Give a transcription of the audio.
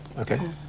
okay.